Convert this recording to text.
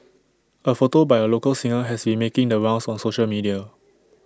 A photo by A local singer has been making the rounds on social media